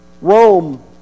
Rome